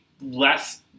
less